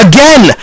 Again